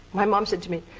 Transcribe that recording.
my mom said to me,